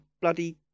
bloody